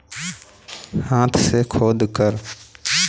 मैं कैसे सुनिश्चित करूँ कि मेरी उपज में नमी है या नहीं है?